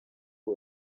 uyu